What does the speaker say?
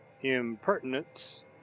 IMPERTINENCE